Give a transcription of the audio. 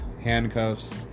Handcuffs